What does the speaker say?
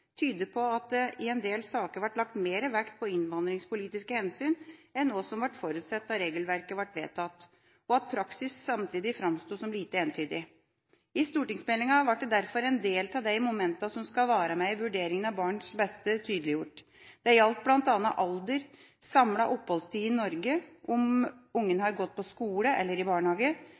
på at det i en del saker ble lagt mer vekt på innvandringspolitiske hensyn enn hva som ble forutsatt da regelverket ble vedtatt, og at praksis samtidig framsto som lite entydig. I stortingsmeldinga ble derfor en del av de momentene som skal være med i vurderinga av barns beste, tydeliggjort. Det gjaldt bl.a. alder, samlet oppholdstid i Norge, om ungen har gått på skole eller i barnehage,